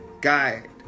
guide